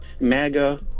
MAGA